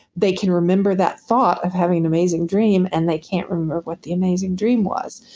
they can remember that thought of having an amazing dream, and they can't remember what the amazing dream was.